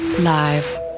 Live